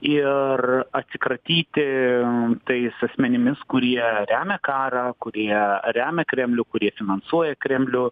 ir atsikratyti tais asmenimis kurie remia karą kurie remia kremlių kurie finansuoja kremlių